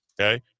okay